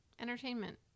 entertainment